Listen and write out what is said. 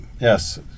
yes